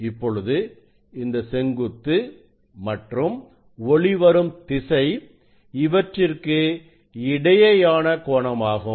இப்பொழுது இந்த செங்குத்து மற்றும் ஒளி வரும் திசை இவற்றிற்கு இடையேயான கோணமாகும்